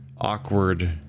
awkward